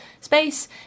space